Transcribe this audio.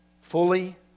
Fully